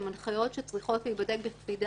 אלה הנחיות שצריכות להיבדק בקפידה.